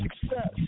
success